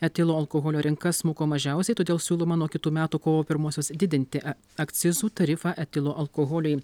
etilo alkoholio rinka smuko mažiausiai todėl siūloma nuo kitų metų kovo pirmosios didinti akcizų tarifą etilo alkoholiui